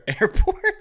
airport